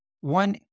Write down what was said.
One